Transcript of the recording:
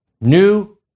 New